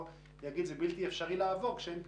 שזה בלתי אפשרי לעבור כשאין פתרונות.